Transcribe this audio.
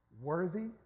worthy